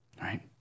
right